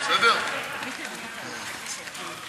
נא להצביע,